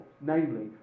namely